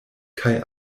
kaj